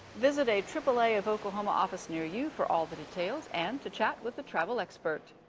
visit a aaa of oklahoma office near you for all the details and to chat with a travel expert.